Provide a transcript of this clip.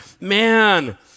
man